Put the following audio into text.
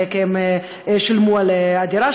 כי הם שילמו על הדירה,